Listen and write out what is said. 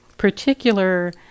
particular